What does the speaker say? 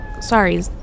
sorry